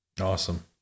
Awesome